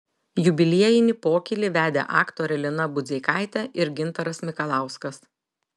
jubiliejinį pokylį vedė aktorė lina budzeikaitė ir gintaras mikalauskas